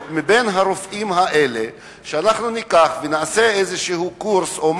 אפשרות שניקח רופאים מהרופאים האלה ונעשה קורס כלשהו